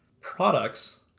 products